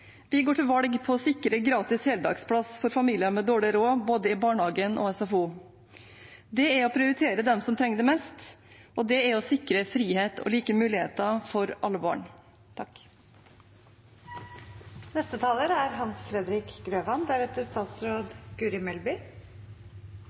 Vi går til valg på å sikre gratis heldagsplass for familier med dårlig råd både i barnehagen og i SFO. Det er å prioritere de som trenger det mest, og det er å sikre frihet og like muligheter for alle barn. Skolefritidsordningen er